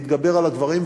להתגבר על הדברים,